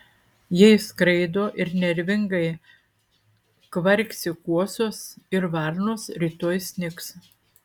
jei skraido ir nervingai kvarksi kuosos ir varnos rytoj snigs